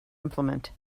implement